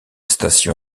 station